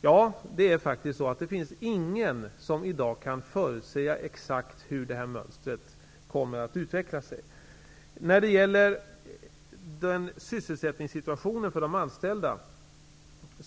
Ja, det är faktiskt så att det i dag inte finns någon som exakt kan förutsäga hur det här mönstret kommer att utveckla sig. När det gäller sysselsättningssituationen för de anställda